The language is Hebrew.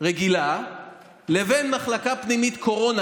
רגילה לבין מחלקה פנימית קורונה?